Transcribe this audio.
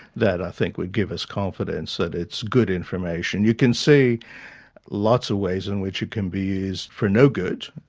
that i think would give us confidence that it's good information. you can see lots of ways in which it can be used for no good,